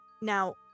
now